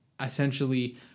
essentially